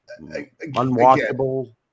unwatchable